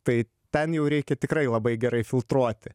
tai ten jau reikia tikrai labai gerai filtruoti